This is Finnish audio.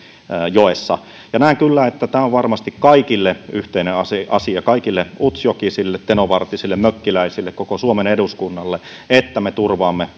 joessa ja näen kyllä että tämä on varmasti kaikille yhteinen asia kaikille utsjokisille tenovartisille mökkiläisille koko suomen eduskunnalle että me turvaamme